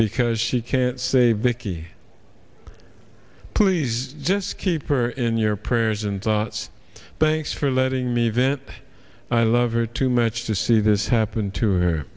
because she can't save biggie please just keep her in your prayers and thoughts thanks for letting me vent i love her too much to see this happen to her